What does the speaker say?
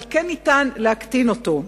אבל אפשר להקטין אותו.